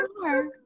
more